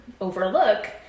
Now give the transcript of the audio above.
overlook